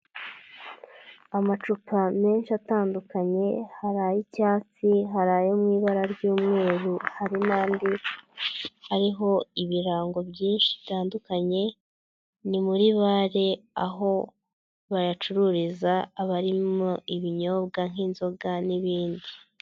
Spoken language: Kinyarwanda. Amacupa menshi atandukanye hari ay'icyatsi, hari ayo mu ibara ry'umweru, hari n'andi ariho ibirango byinshi bitandukanye, ni muri bare aho bayacururiza aba arimo ibinyobwa nk'inzoga n'ibindi.